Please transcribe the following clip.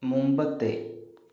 മുൻപത്തെ